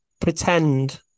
pretend